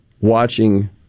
watching